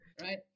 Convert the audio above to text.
right